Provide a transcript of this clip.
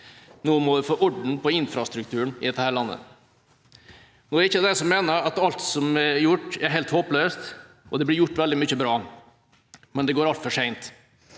Nå må dere få orden på infrastrukturen i dette landet! Nå er ikke jeg den som mener at alt som er gjort, er helt håpløst. Det blir gjort veldig mye bra, men det går altfor sent.